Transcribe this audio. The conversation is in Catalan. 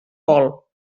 vol